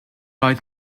oedd